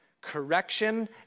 correction